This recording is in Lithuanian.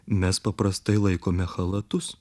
mes paprastai laikome chalatus